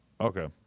okay